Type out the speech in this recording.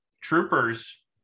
Troopers